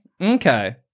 Okay